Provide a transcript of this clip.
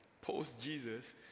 post-Jesus